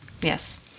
Yes